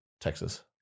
Texas